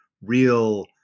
real